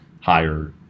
higher